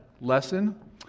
Lesson